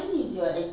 what exam